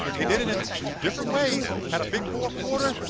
they did it in different ways. had a big fourth quarter.